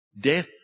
Death